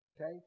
Okay